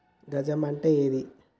గజం అంటే ఏంది?